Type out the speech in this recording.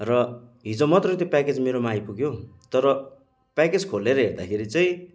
र हिजमात्र त्यो प्याकेज मेरोमा आइपुग्यो तर प्याकेज खोलेर हेर्दाखेरि चाहिँ